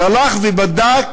שהלך ובדק